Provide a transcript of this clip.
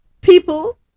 people